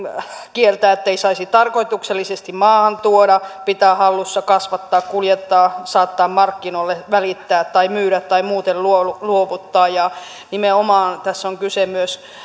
kieltää ettei saisi tarkoituksellisesti maahantuoda pitää hallussa kasvattaa kuljettaa saattaa markkinoille välittää tai myydä tai muuten luovuttaa luovuttaa nimenomaan tässä on hyvin usein kyse myös